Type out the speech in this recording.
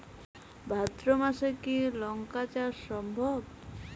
ভাদ্র মাসে কি লঙ্কা চাষ সম্ভব?